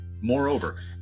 Moreover